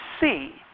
see